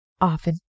Often